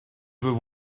veux